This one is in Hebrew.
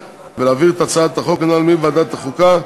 ולהעביר את הצעת החוק הנ״ל מוועדת החוקה,